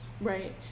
Right